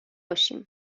باشیم